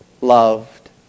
loved